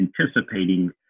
anticipating